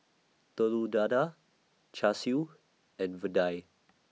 Telur Dadah Char Siu and Vadai